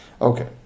Okay